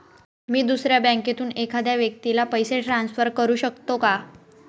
मी दुसऱ्या बँकेतून एखाद्या व्यक्ती ला पैसे ट्रान्सफर करु शकतो का?